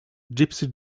gypsy